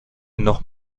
noch